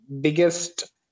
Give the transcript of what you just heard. biggest